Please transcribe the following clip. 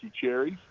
cherries